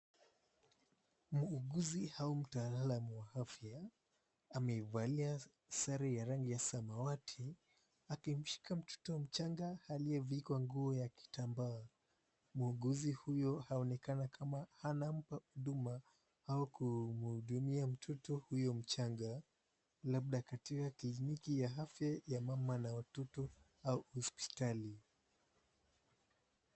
Muuguzi au mtaalamu wa afya amevalia sare ya rangi ya samawati akimshika mtoto mchanga aliyevikwa nguo ya kitambaa, muuguzi huyo aonekana kama hana huduma au kumhudumia mtoto huyu mchanga labda katika kliniki ya afya ya mama na watoto au hospitali.